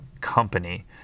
Company